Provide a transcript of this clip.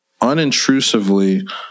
unintrusively